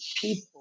people